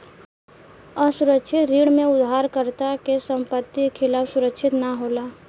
असुरक्षित ऋण में उधारकर्ता के संपत्ति के खिलाफ सुरक्षित ना होला